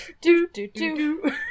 Do-do-do